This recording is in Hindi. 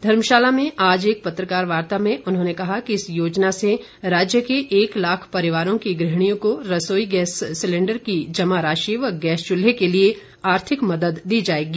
धर्मशाला में आज एक पत्रकार वार्ता में उन्होंने कहा कि इस योजना से राज्य के एक लाख परिवारों की गृहणियों को रसोई गैस सिलेंडर की जमा राशि व गैस चूल्हे के लिए आर्थिक मदद दी जाएगी